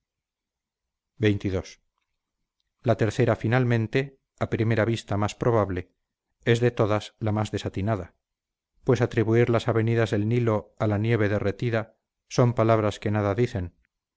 xxii la tercera finalmente a primera vista la más probable es de todas las más desatinada pues atribuir las avenidas del nilo a la nieve derretida son palabras que nada dicen